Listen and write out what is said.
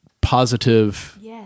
positive